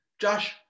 Josh